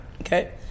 Okay